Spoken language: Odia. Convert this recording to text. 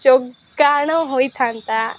ଯୋଗାଣ ହୋଇଥାନ୍ତା